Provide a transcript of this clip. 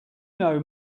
know